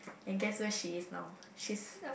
and guess where she is now she's